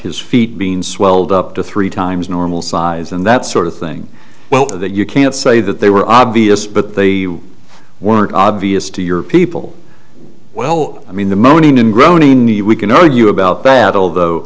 his feet being swelled up to three times normal size and that sort of thing well you can't say that they were obvious but they weren't obvious to your people well i mean the moaning and groaning knee we can argue about battle though